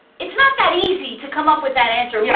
it s not that easy to come up with that answer. yeah